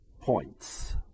points